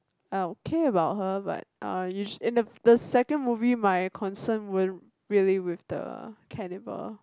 uh okay about her but uh the the second movie my concern were really with the cannibal